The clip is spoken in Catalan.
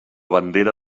bandera